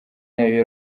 nayo